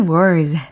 Words